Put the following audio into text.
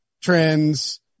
trends